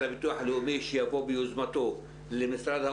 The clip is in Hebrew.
הביטוח הלאומי באמת בא לקראת האנשים בנושא דמי